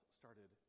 started